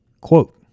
quote